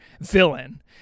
villain